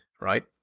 right